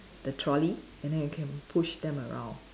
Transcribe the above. the trolley and then you can push them around